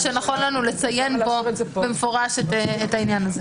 שנכון לנו לציין פה במפורש את העניין הזה.